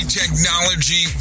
technology